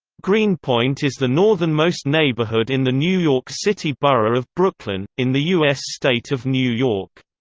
greenpoint is the northernmost neighborhood in the new york city borough of brooklyn, in the u s. state of new york.